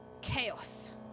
chaos